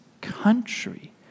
country